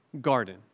garden